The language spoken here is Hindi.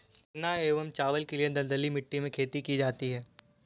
गन्ना एवं चावल के लिए दलदली मिट्टी में खेती की जाती है